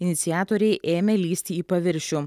iniciatoriai ėmė lįsti į paviršių